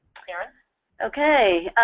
karen okay.